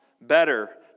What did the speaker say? Better